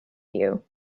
you